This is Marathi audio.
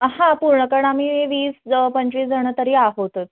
हा पूर्ण कारण आम्ही वीस पंचवीसजणं तरी आहोतच